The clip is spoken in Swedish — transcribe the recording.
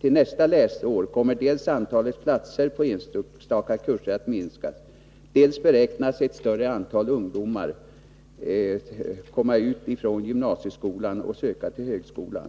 Till nästa läsår kommer dels antalet platser på enstaka kurser att minska, dels beräknas ett större antal ungdomar komma ut från gymnasieskolan och söka till högskolan.